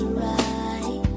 right